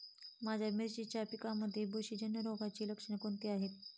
माझ्या मिरचीच्या पिकांमध्ये बुरशीजन्य रोगाची लक्षणे कोणती आहेत?